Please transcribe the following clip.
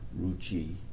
ruchi